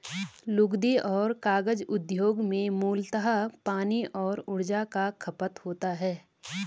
लुगदी और कागज उद्योग में मूलतः पानी और ऊर्जा का खपत होता है